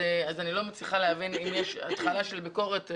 אני לא מצליחה להבין אם יש התחלה של ביקורת.